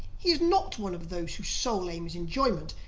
he is not one of those whose sole aim is enjoyment,